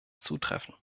zutreffen